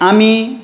आमी